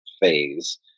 phase